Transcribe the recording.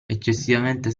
eccessivamente